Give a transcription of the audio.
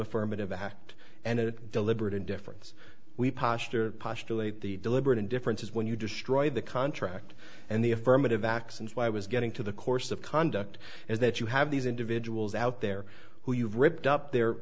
affirmative act and it deliberate indifference we postured postulate the deliberate indifference is when you destroy the contract and the affirmative acts and why i was getting to the course of conduct is that you have these individuals out there who you've ripped up the